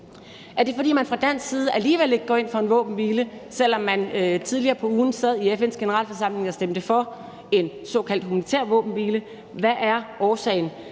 Er det, fordi man fra dansk side alligevel ikke går ind for en våbenhvile, selv om man tidligere på ugen sad i FN's Generalforsamling og stemte for en såkaldt humanitær våbenhvile? Hvad er årsagen?